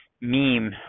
meme